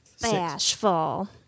Bashful